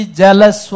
jealous